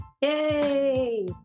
Yay